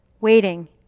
waiting